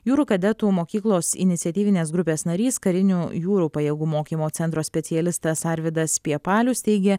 jūrų kadetų mokyklos iniciatyvinės grupės narys karinių jūrų pajėgų mokymo centro specialistas arvydas piepalius teigė